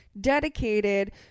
dedicated